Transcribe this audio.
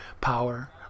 power